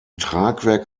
tragwerk